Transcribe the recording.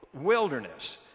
wilderness